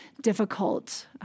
difficult